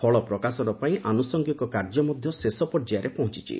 ଫଳ ପ୍ରକାଶନ ପାଇଁ ଆନ୍ତଷଙିକ କାର୍ଯ୍ୟ ମଧ୍ଧ ଶେଷ ପର୍ଯ୍ୟାୟରେ ପହଞ୍ଠଛି